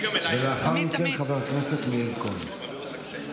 ולאחר מכן, חבר הכנסת מאיר כהן.